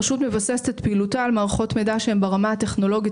הרשות מבססת את פעילותה על מערכות מידע שהן ברמה הטכנולוגית